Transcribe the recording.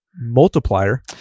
multiplier